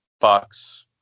Bucks